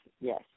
Yes